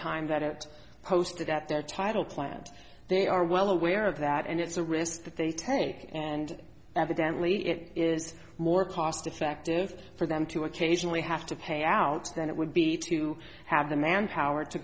time that it posted at their title plant they are well aware of that and it's a risk that they take and evidentally it is more cost effective for them to occasionally have to pay out than it would be to have the manpower to